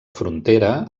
frontera